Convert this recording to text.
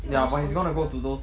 still got those always open